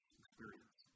experience